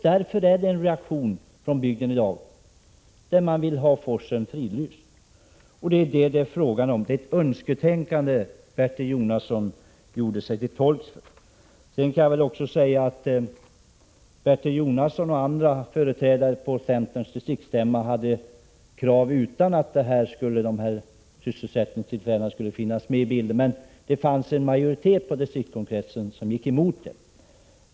Därför är det en reaktion från bygden i dag när man vill ha forsen fridlyst. Det är detta det är fråga om. Det är ett önsketänkande som Bertil Jonasson gör sig till tolk för. Vid centerns distriktsstämma ställde Bertil Jonasson och andra representanter krav utan att sysselsättningstillfällena fanns med i bilden, men stämmans majoritet gick emot dem.